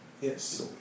Yes